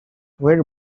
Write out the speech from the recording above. where